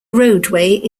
roadway